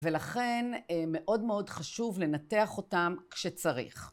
ולכן מאוד מאוד חשוב לנתח אותם כשצריך.